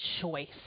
choice